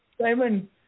Simon